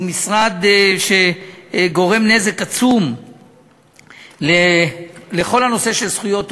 הוא משרד שגורם נזק עצום לכל הנושא של זכויות עובדים,